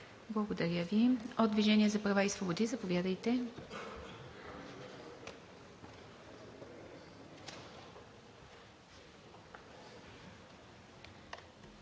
Благодаря Ви. От „Движение за права и свободи“ – заповядайте.